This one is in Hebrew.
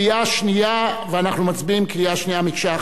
שנייה, ואנחנו מצביעים בקריאה שנייה, מקשה אחת.